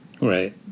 right